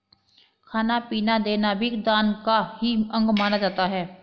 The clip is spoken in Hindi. खाना पीना देना भी दान का ही अंग माना जाता है